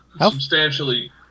substantially